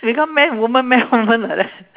become man woman man woman like that